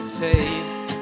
taste